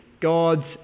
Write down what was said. God's